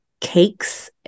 cakes